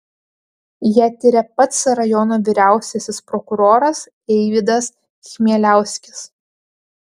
ją tiria pats rajono vyriausiasis prokuroras eivydas chmieliauskis